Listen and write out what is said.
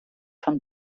von